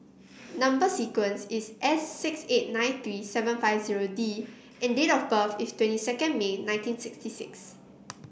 number sequence is S six eight nine three seven five zero D and date of birth is twenty second May nineteen sixty six